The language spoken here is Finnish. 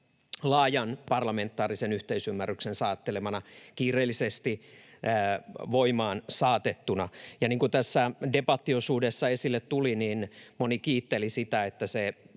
laajan parlamentaarisen yhteisymmärryksen saattelemana ja kiireellisesti voimaan saatettuna. Niin kuin tässä debattiosuudessa esille tuli, moni kiitteli sitä, että se